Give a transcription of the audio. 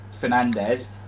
fernandez